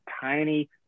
tiny